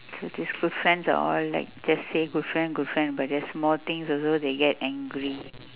so this good friends are all like just say good friend good friend but just small things also they get angry